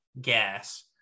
Gas